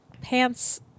pants